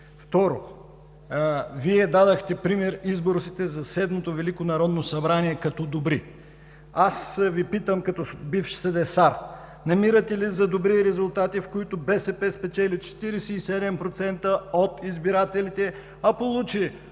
Второ, Вие дадохте пример – изборите за Седмото велико народно събрание като добри. Аз Ви питам, като бивш седесар: намирате ли за добри резултати, в които БСП спечели 47% от избирателите, а получи